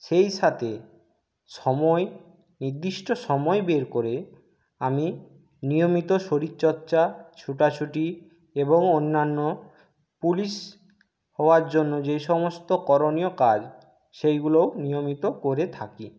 সেই সাথে সময় নির্দিষ্ট সময় বের করে আমি নিয়মিত শরীর চর্চা ছুটা ছুটি এবং অন্যান্য পুলিশ হওয়ার জন্য যেই সমস্ত করণীয় কাজ সেইগুলোও নিয়মিত করে থাকি